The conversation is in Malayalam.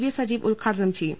വി സജീവ് ഉദ്ഘാടനം ചെയ്യും